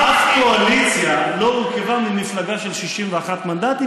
אף קואליציה לא הורכבה ממפלגה של 61 מנדטים,